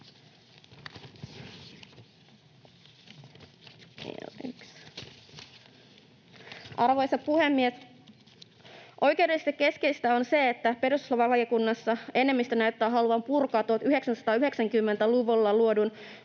Arvoisa puhemies! Oikeudellisesti keskeistä on se, että perustuslakivaliokunnassa enemmistö näyttää haluavan purkaa 1990-luvulla luodun